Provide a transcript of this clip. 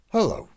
Hello